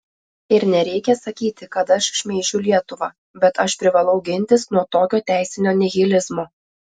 ir nereikia sakyti kad aš šmeižiu lietuvą bet aš privalau gintis nuo tokio teisinio nihilizmo